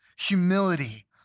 humility